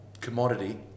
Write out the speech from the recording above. commodity